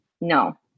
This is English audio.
No